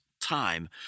time